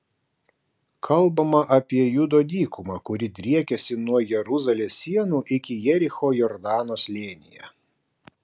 kalbama apie judo dykumą kuri driekiasi nuo jeruzalės sienų iki jericho jordano slėnyje